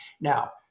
Now